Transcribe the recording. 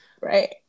right